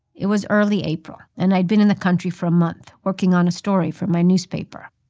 it was early april, and i'd been in the country for a month, working on a story for my newspaper.